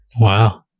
wow